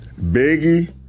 Biggie